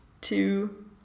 Two